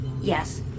Yes